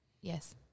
Yes